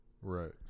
Right